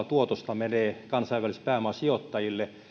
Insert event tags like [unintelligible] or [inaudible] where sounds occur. [unintelligible] tuotosta menee kansainvälisille pääomasijoittajille vaikka